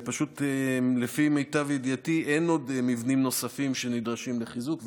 לפי מיטב ידיעתי אין עוד מבנים נוספים שנדרשים לחיזוק,